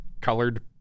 colored